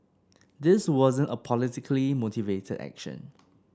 this wasn't a politically motivated action